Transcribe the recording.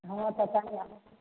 हँ तऽ तनी